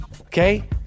Okay